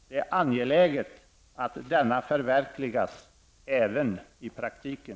Det är angeläget att denna förverkligas även i praktiken''.